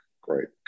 great